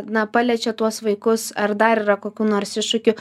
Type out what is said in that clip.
na paliečia tuos vaikus ar dar yra kokių nors iššūkių